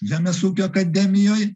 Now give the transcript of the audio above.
žemės ūkio akademijoj